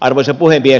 arvoisa puhemies